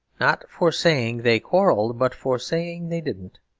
not for saying they quarrelled but for saying they didn't.